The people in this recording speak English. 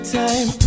time